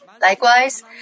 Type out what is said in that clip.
Likewise